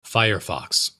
firefox